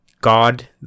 God